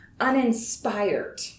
uninspired